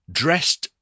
,dressed